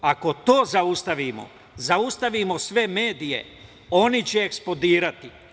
Ako to zaustavimo, zaustavimo sve medije, oni će eksplodirati.